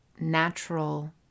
natural